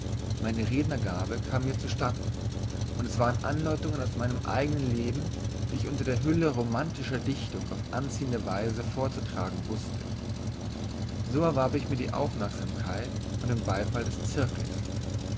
meine rednergabe kam mir zustatten und es waren andeutungen aus meinem eignen leben die ich unter der hülle romantischer dichtung auf anziehende weise vorzutragen wußte so erwarb ich mir die aufmerksamkeit und den beifall des zirkels